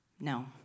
no